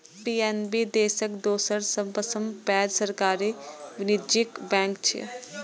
PNB देशक दोसर सबसं पैघ सरकारी वाणिज्यिक बैंक छियै